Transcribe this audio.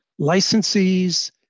licensees